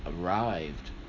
arrived